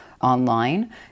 online